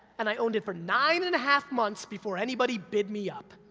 and i owned it for nine and a half months before anybody bid me up.